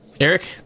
Eric